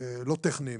לא טכניים,